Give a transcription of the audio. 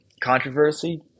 controversy